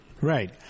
Right